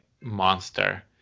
monster